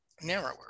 narrower